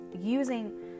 using